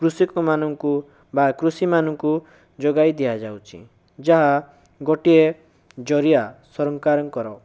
କୃଷିକମାନଙ୍କୁ ବା କୃଷିମାନଙ୍କୁ ଯୋଗାଇ ଦିଅଯାଉଛି ଯାହା ଗୋଟିଏ ଜରିଆ ସରଙ୍କାରଙ୍କର